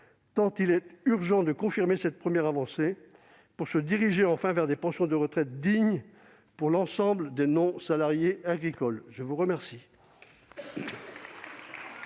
tant il est urgent de confirmer cette première avancée pour se diriger enfin vers des pensions de retraite dignes pour l'ensemble des non-salariés agricoles. La parole